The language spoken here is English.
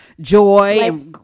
joy